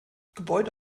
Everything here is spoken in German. gebäude